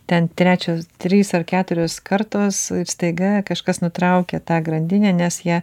ten trečios trys ar keturios kartos staiga kažkas nutraukia tą grandinę nes jie